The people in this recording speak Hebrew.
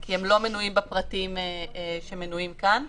כי הם לא מנויים בפרטים שמנויים כאן.